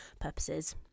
purposes